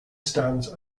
stands